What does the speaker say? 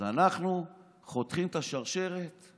אז אנחנו חותכים את השרשרת?